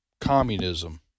communism